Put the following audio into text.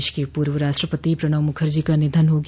देश के पर्व राष्ट्रपति प्रणब मुखर्जी का निधन हो गया